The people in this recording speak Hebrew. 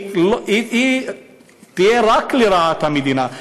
היא תהיה רק לרעת המדינה.